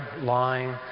lying